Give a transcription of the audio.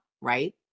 right